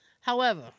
However-